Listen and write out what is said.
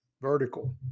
vertical